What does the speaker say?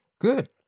good